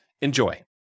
Enjoy